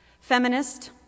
Feminist